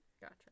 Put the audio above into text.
Gotcha